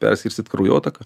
perskirstyt kraujotaką